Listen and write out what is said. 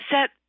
set